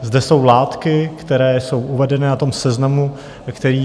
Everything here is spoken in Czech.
Zde jsou látky, které jsou uvedené na tom seznamu, který...